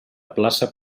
plaça